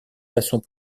façons